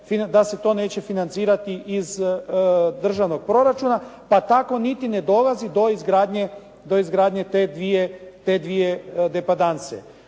da se to neće financirati iz državnog proračuna, pa tako niti ne dolazi do izgradnje te dvije depadanse.